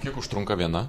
kiek užtrunka viena